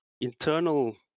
internal